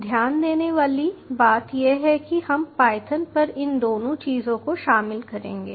ध्यान देने वाली बात यह है कि हम पायथन पर इन दोनों चीजों को शामिल करेंगे